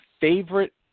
favorite